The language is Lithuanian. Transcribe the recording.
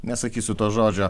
nesakysiu to žodžio